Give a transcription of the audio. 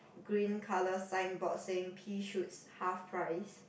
green colour signboard saying pea shoots half price